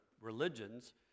religions